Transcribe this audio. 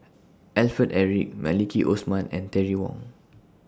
Alfred Eric Maliki Osman and Terry Wong